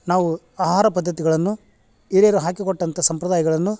ನಾವು ಆಹಾರ ಪದ್ದತಿಗಳನ್ನು ಹಿರಿಯರು ಹಾಕಿ ಕೊಟ್ಟಂಥ ಸಂಪ್ರದಾಯಗಳನ್ನು